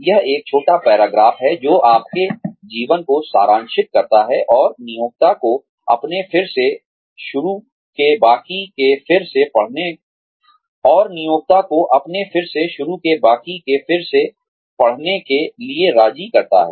यह एक छोटा पैराग्राफ है जो आपके जीवन को सारांशित करता है और नियोक्ता को अपने फिर से शुरू के बाकी के फिर से पढ़ने के लिए राजी करता है